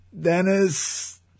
Dennis